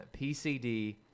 PCD